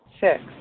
Six